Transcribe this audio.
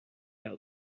out